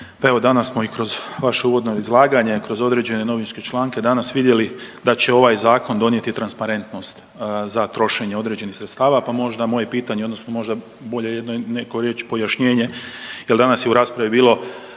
evo danas smo i kroz vaše uvodno izlaganje, kroz određene novinske članke danas vidjeli da će ovaj zakon donijeti transparentnost za trošenje određenih sredstava pa možda moje pitanje odnosno može bolje reći, pojašnjenje kada je u raspravi bilo,